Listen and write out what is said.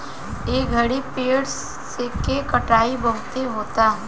ए घड़ी पेड़ के कटाई बहुते होता